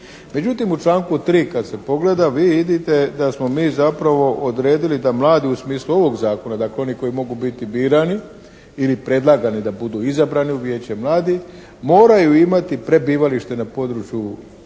Međutim u članku 3. kad se pogleda vi vidite da smo mi zapravo odredili da mladi u smislu ovog zakona dakle oni koji mogu biti birani ili predlagani da budu izabrani u Vijeće mladih moraju imati prebivalište na području te